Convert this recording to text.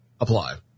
apply